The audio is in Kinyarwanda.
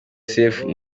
sefu